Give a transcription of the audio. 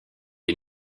les